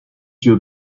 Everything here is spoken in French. yeux